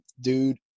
dude